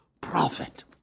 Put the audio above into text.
prophet